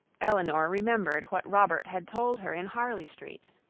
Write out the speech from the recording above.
elinor remembered what robert had told her in harley street,